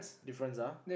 difference ah